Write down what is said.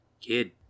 Kid